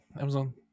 Amazon